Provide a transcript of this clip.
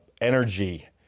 energy